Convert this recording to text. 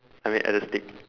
I mean at the stick